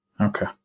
Okay